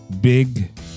Big